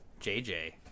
jj